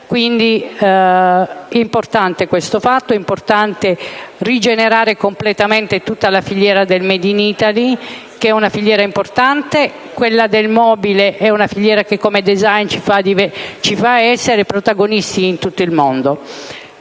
un disoccupato in meno. Quindi, è importante rigenerare completamente tutta la filiera del *made in Italy*, che è una filiera rilevante; quella del mobile è una filiera che, come *design*, ci fa essere protagonisti in tutto il mondo.